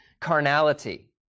carnality